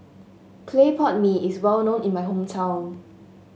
Clay Pot Mee is well known in my hometown